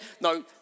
No